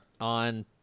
on